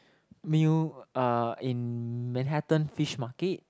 meal uh in Manhattan Fish Market